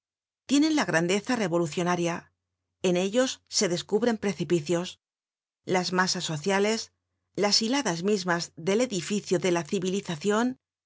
tienen la grandeza revolucionaria en ellos se descubren precipicios las masas sociales las hiladas mismas del edificio de la civilizacion